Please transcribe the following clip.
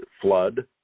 flood